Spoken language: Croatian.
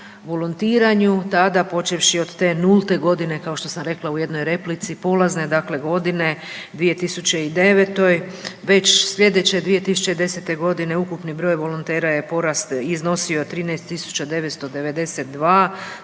tada počevši od te nulte godine kao što sam rekla u jednoj replici, polazne dakle godine 2009.-te već slijedeće 2010. godine ukupni broj volontera je porastao i iznosio 13.992